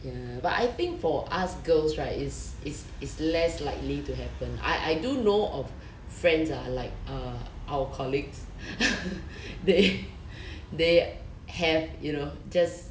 ya but I think for us girls right it's it's it's less likely to happen I I do know of friends ah like err our colleagues they they have you know just